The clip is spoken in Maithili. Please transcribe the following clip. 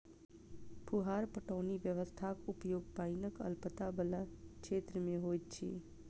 फुहार पटौनी व्यवस्थाक उपयोग पाइनक अल्पता बला क्षेत्र मे होइत अछि